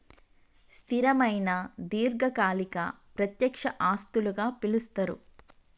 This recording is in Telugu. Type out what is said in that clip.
స్థిరమైన దీర్ఘకాలిక ప్రత్యక్ష ఆస్తులుగా పిలుస్తరు